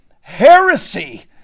heresy